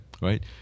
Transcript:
right